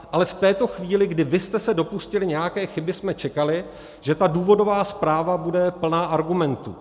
Ale v této chvíli, kdy vy jste se dopustili nějaké chyby, jsme čekali, že ta důvodová zpráva bude plná argumentů.